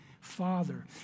father